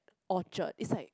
Orchard it's like